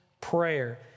prayer